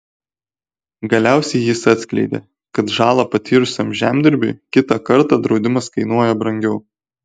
galiausiai jis atskleidė kad žalą patyrusiam žemdirbiui kitą kartą draudimas kainuoja brangiau